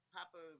Papa